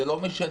זה לא משנה.